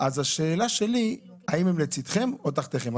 השאלה שלי האם הם לצידכם או תחתיכם.